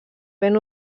ben